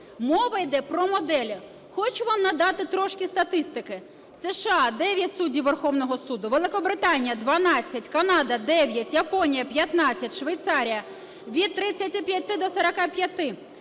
мова йде про модель. Хочу вам надати трошки статистики: США – 9 суддів Верховного суду, Великобританія – 12, Канада – 9, Японія – 15, Швейцарія – від 35 до 45,